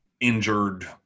injured